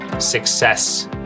success